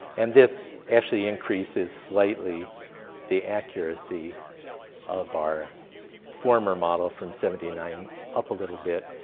and this actually increases slightly the accuracy of our former model from seventy nine up a little bit.